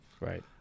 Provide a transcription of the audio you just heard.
Right